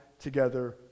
together